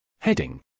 Heading